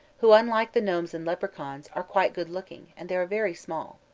who, unlike the gnomes and leprechauns, are quite good-looking and they are very small.